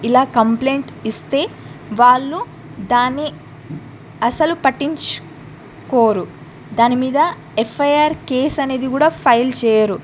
ఇలా కంప్లైంట్ ఇస్తే వాళ్ళు దాన్ని అసలు పట్టించుకోరు దాని మీద ఎఫ్ ఐ ఆర్ కేస్ అనేది కూడా ఫైల్ చేయ్యరు